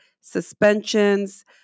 suspensions